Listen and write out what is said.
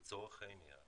לצורך העניין.